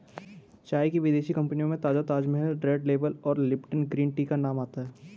चाय की विदेशी कंपनियों में ताजा ताजमहल रेड लेबल और लिपटन ग्रीन टी का नाम आता है